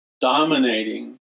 dominating